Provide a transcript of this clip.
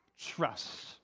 trust